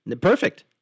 Perfect